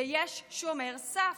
שיש שומר סף.